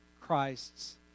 Christ's